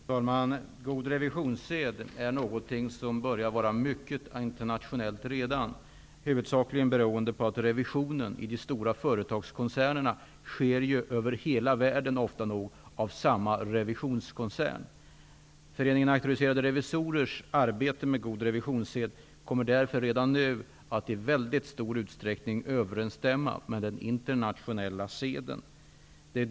Fru talman! God revisionssed är redan något mycket internationellt. Det beror huvudsakligen på att revisionen i de stora företagskoncernerna ofta nog sker över hela världen och görs av samma revisionskoncern. Föreningen auktoriserade revisorers utarbetade regler för god revisionssed överenstämmer därför redan nu i mycket stor utsträckning med den internationella seden.